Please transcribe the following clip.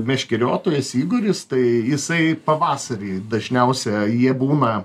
meškeriotojas igoris tai jisai pavasarį dažniausia jie būna